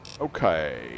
Okay